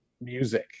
music